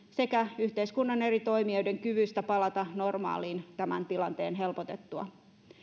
sekä yhteiskunnan eri toimijoiden kyvystä palata normaaliin tämän tilanteen helpotettua